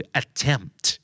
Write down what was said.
attempt